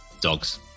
Dogs